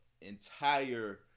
entire